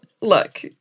look